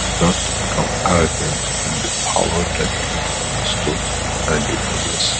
not to become arrogant in the power that you have understood and you possess